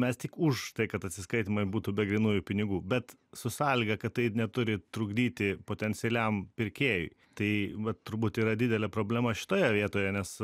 mes tik už tai kad atsiskaitymai būtų be grynųjų pinigų bet su sąlyga kad tai neturi trukdyti potencialiam pirkėjui tai vat turbūt yra didelė problema šitoje vietoje nes